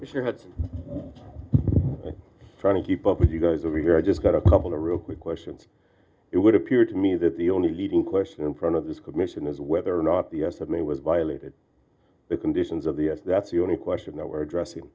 your head trying to keep up with you guys over here i just got a couple of real quick questions it would appear to me that the only leading question in front of this commission is whether or not the estimate was violated the conditions of the that's the only question that we're addressing